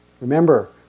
remember